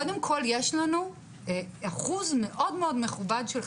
קודם כל יש לנו אחוז מאוד מאוד נכבד של החניכים,